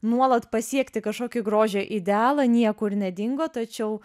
nuolat pasiekti kažkokį grožio idealą niekur nedingo tačiau